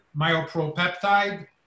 myopropeptide